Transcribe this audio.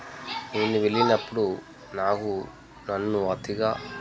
నేను వెళ్ళినప్పుడు నాకు నన్ను అతిగా